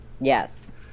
Yes